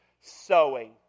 sowing